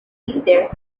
either